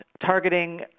targeting